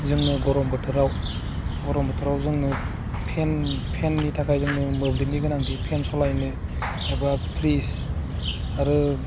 जोनो गरम बोथोराव गरम बोथोराव जोंनो फेन फेननि थाखाइ जोंनो मोब्लिबनि गोनांथि फेन सालाइनो एबा फ्रिस आरो